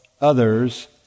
others